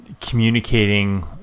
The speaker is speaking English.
communicating